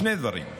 שני דברים: